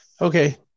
Okay